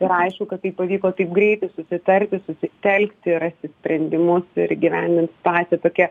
ir aišku kad tai pavyko taip greitai susitarti susitelkti rasti sprendimus ir įgyvendint situacija tokia